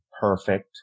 perfect